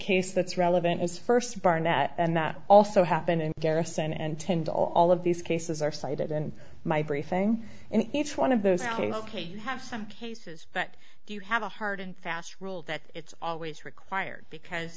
case that's relevant is first barnett and that also happened in garrison and tend to all of these cases are cited in my briefing and each one of those things ok you have some cases but do you have a hard and fast rule that it's always required because